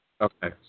Okay